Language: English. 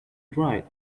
dried